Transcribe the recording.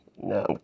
No